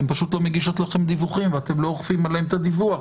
הן פשוט לא מגישות לכם דיווחים ואתם לא אוכפים עליהם את הדיווח.